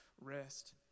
rest